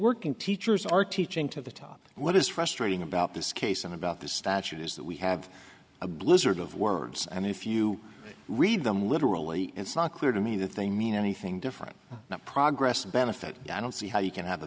working teachers are teaching to the top what is frustrating about this case and about the statute is that we have a blizzard of words and if you read them literally it's not clear to me that they mean anything different that progress to benefit i don't see how you can have a